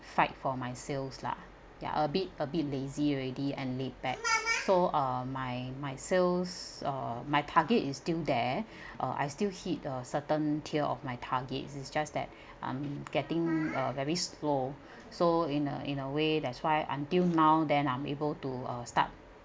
fight for my sales lah ya a bit a bit lazy already and laid back so um my my sales uh my target is still there uh I still hit a certain tier of my target is just that I'm getting uh very slow so in a in a way that's why until now then I'm able to uh start